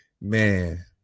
man